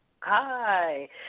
Hi